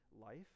life